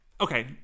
okay